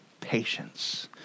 patience